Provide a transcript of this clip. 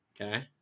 Okay